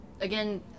Again